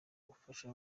gufasha